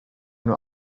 nur